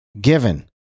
given